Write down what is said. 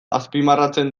azpimarratzen